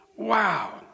wow